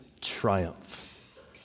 triumph